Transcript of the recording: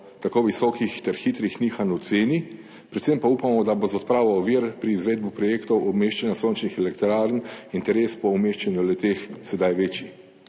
tako visokih ter hitrih nihanj v ceni, predvsem pa upamo, da bo z odpravo ovir pri izvedbi projektov umeščanja sončnih elektrarn interes po umeščanju le-teh sedaj večji.